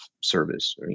service